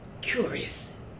Curious